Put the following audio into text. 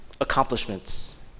accomplishments